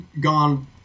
gone